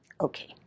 Okay